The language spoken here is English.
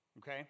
okay